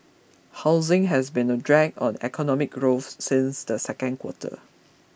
housing has been a drag on economic growth since the second quarter